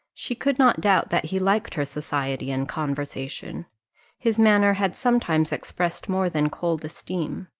she could not doubt that he liked her society and conversation his manner had sometimes expressed more than cold esteem.